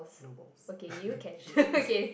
no balls no balls